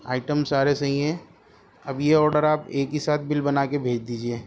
item سارے صحیح ہیں اب یہ آڈر آپ ایک ہی ساتھ بل بنا کے بھیج دیجیے